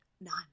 none